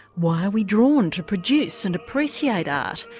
why are we drawn to produce and appreciate art?